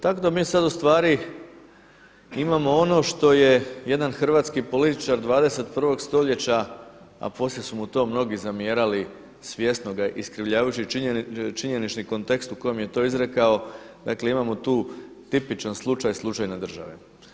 Tako da mi sada ustvari imamo ono što je jedan hrvatski političar 21. stoljeća a poslije su mu to mnogi zamjerali, svjesno ga iskrivljavajući činjenični kontekst u kojem je to izrekao, dakle imamo tu tipičan slučaj, slučajne države.